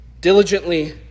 diligently